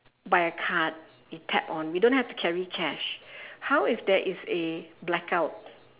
by a card we tap on we don't have to carry cash how if there is a blackout